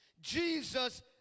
Jesus